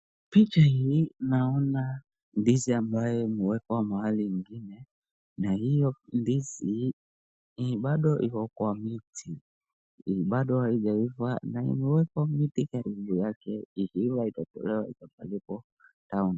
Picha hii naona ndizi ambayo imewekwa mahali ingine na hiyo ndizi bado iko kwa miti, bado haijaiva na imekwa mti karibu yake, ikiiva itatolewa itapelekwa town .